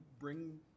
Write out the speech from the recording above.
bring